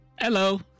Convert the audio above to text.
Hello